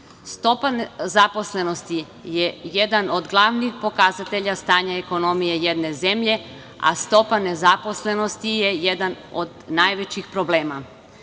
zaposlenosti je jedan od glavnih pokazatelja stanja ekonomije jedne zemlje, takođe, stopa nezaposlenosti je jedan od najvećih problema. Srbija